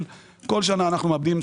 לתקנות,